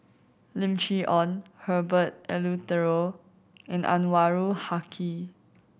Lim Chee Onn Herbert Eleuterio and Anwarul Haque